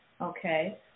okay